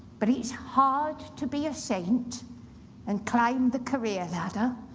but it's hard to be a saint and climb the career ladder,